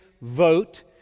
vote